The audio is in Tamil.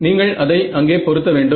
நீங்கள் அதை அங்கே பொருத்த வேண்டும்